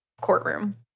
courtroom